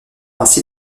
ainsi